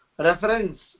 Reference